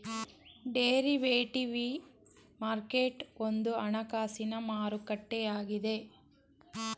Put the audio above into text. derivative market ಒಂದು ಹಣಕಾಸಿನ ಮಾರುಕಟ್ಟೆಯಾಗಿದೆ